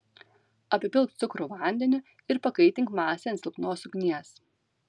apipilk cukrų vandeniu ir pakaitink masę ant silpnos ugnies